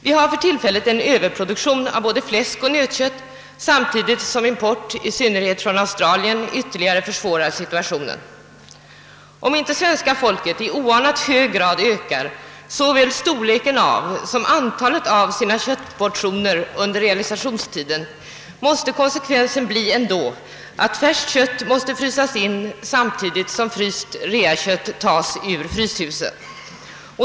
Vi har för tillfället överproduktion av både fläsk och kött samtidigt som en import, i synnerhet från Australien, ytterligare försvårar situationen. Om inte svenska folket i oanat hög grad ökar såväl storleken som antalet av sina köttportioner under realisationstiden, måste konsekvensen bli att färskt kött måste frysas in samtidigt som fryst reakött tages ut ur fryshusen.